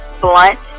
Blunt